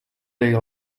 they